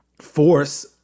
force